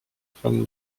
from